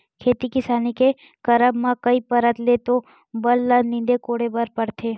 खेती किसानी के करब म कई परत ले तो बन मन ल नींदे कोड़े बर परथे